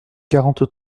quarante